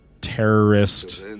terrorist